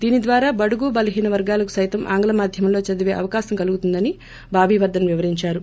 దీని ద్వారా బడుగు బలహీన వర్గాలకు సైతం ఆంగ్ల మాధ్యమంలో చదిపే అవకాశం కలుగుతుందని బాబి వర్గస్ వివరించారు